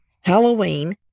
Halloween